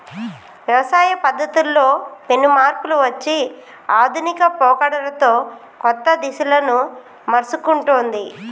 వ్యవసాయ పద్ధతుల్లో పెను మార్పులు వచ్చి ఆధునిక పోకడలతో కొత్త దిశలను మర్సుకుంటొన్ది